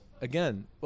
again